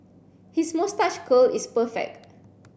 his moustache curl is perfect